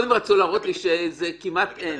קודם הם רצו להראות שכמעט ואין.